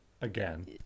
again